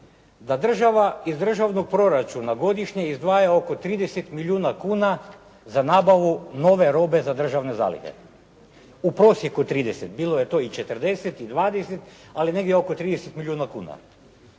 da država iz državnog proračuna godišnje izdvaja oko 30 milijuna kuna za nabavu nove robe za državne zalihe. U prosjeku 30, bilo je to i 40 i 20, ali negdje oko 30 milijuna kuna.